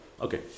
Okay